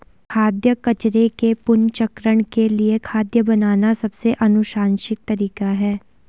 खाद्य कचरे के पुनर्चक्रण के लिए खाद बनाना सबसे अनुशंसित तरीका है